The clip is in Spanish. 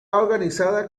organizada